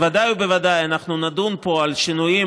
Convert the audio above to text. בוודאי ובוודאי אנחנו נדון פה על שינויים